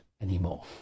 anymore